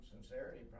sincerity